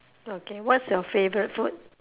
okay what's your favorite food